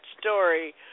story